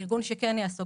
ארגון שכן יעסוק